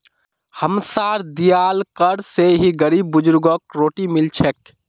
हमसार दियाल कर स ही गरीब बुजुर्गक रोटी मिल छेक